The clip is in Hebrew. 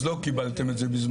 אז לא קיבלתם את זה בזמנו.